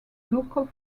local